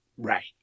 Right